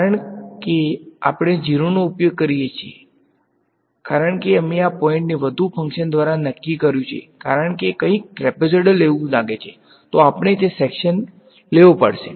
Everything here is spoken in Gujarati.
વિદ્યાર્થી કારણ કે જ્યારે આપણે 0 નો ઉપયોગ કરીએ છીએ કારણ કે અમે આ પોઈન્ટને વધુ ફંક્શન દ્વારા નક્કી કર્યું છે કારણ કે કંઈક ટ્રેપેઝોઈડલ જેવું લાગે છે તો આપણે તે સેક્શન લેવો પડશે